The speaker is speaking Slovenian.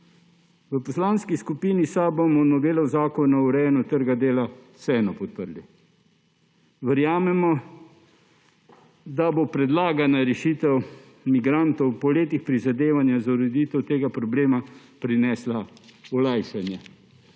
V Poslanski skupini SAB bomo novelo Zakona o urejanju trga dela vseeno podprli. Verjamemo, da bo predlagana rešitev migrantov po letih prizadevanja za ureditev tega problema prinesla olajšanje.